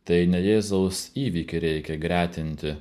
tai ne jėzaus įvykį reikia gretinti